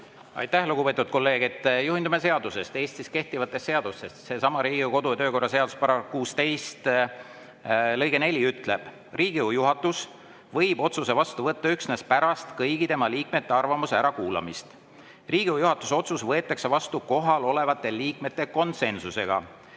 Aitäh, lugupeetud kolleeg! Me juhindume seadustest, Eestis kehtivatest seadustest. Sellesama Riigikogu kodu‑ ja töökorra seaduse § 16 lõige 4 ütleb: "Riigikogu juhatus võib otsuse vastu võtta üksnes pärast kõigi tema liikmete arvamuse ärakuulamist. Riigikogu juhatuse otsus võetakse vastu kohalolevate liikmete konsensusega.